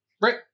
Right